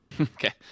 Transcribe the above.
Okay